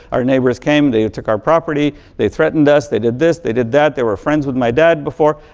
our neighbors came, they took our property, they threatened us, they did this, they did that. they were friends with my dad before.